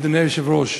אדוני היושב-ראש,